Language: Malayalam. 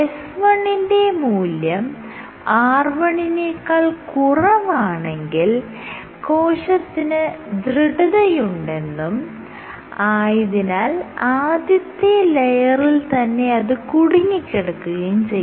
s1 ന്റെ മൂല്യം r1 നേക്കാൾ s1r1 കുറവാണെങ്കിൽ കോശത്തിന് ദൃഢതയുണ്ടെന്നും ആയതിനാൽ ആദ്യത്തെ ലെയറിൽ തന്നെ അത് കുടുങ്ങികിടക്കുകയും ചെയ്യുന്നു